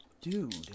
Dude